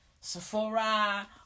Sephora